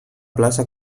plaça